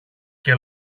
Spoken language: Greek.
και